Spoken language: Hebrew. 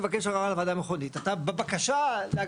תבקש ערר על הוועדה מחוזית,